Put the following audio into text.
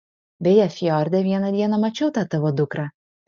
beje fjorde vieną dieną mačiau tą tavo dukrą